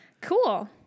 cool